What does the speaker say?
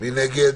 מי נגד?